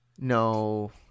No